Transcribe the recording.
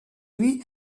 lui